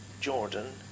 Jordan